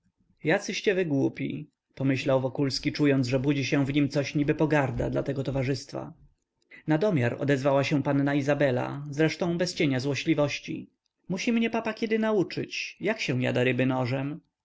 jacyście wy głupi pomyślał wokulski czując że budzi się w nim coś niby pogarda dla tego towarzystwa nadomiar odezwała się panna izabela zresztą bez cienia złośliwości musi mnie papa kiedy nauczyć jak się jada ryby nożem